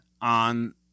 on